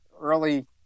early